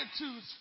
attitudes